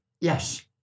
Yes